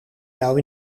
jou